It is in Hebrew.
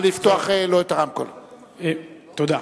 תודה.